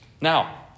Now